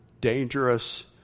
dangerous